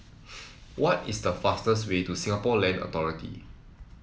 what is the fastest way to Singapore Land Authority